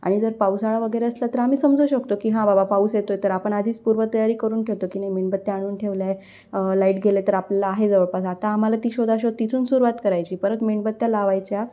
आणि जर पावसाळा वगैरे असलं तर आम्ही समजू शकतो की हां बाबा पाऊस येतो आहे तर आपण आधीच पूर्व तयारी करून ठेवतो की नाही मेणबत्त्या आणून ठेवल्या आहे लाईट गेले तर आपल्याला आहे जवळपास आता आम्हाला ती शोधाशोध तिथून सुरुवात करायची परत मेणबत्त्या लावायच्या